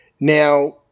Now